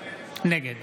נגד